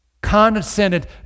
condescended